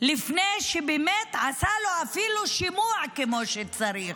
לפני שבאמת עשה לו אפילו שימוע כמו שצריך.